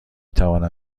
توانم